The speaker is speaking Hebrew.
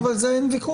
אבל על זה אין ויכוח.